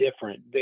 different